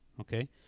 Okay